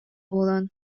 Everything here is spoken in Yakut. буолан